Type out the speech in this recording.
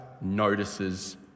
notices